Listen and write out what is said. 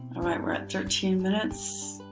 alright. we're at thirteen minutes.